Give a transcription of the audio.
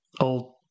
old